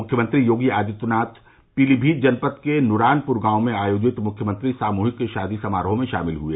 मुख्यमंत्री योगी आदित्यनाथ पीलीभीत जनपद के नूरानपुर गांव में आयोजित मुख्यमंत्री सामूहिक शादी समारोह में शामिल हुए